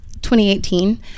2018